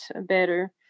better